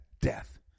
death